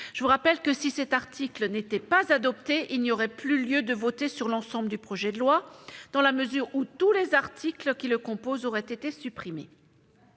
Je rappelle que, si cet article n'était pas adopté, il n'y aurait plus lieu de voter sur l'ensemble du projet de loi, dans la mesure où tous les articles qui le composent auraient été supprimés.